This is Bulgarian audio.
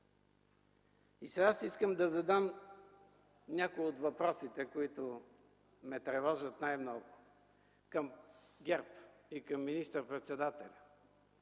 И сега аз искам да задам някои от въпросите, които ме тревожат най-много, към ГЕРБ и към министър-председателя: